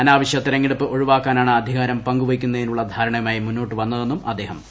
അനാവശ്യ തെരഞ്ഞെടുപ്പ് ഒഴിവാക്കാനാണ് അധികാരം പങ്കുവയ്ക്കുന്നതിനുള്ള ധാരണയുമായി മുന്നോട്ടുവന്നതെന്നും അദ്ദേഹം പറഞ്ഞു